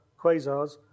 quasars